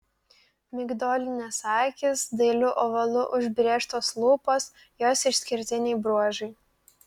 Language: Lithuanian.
migdolinės akys dailiu ovalu užbrėžtos lūpos jos išskirtiniai bruožai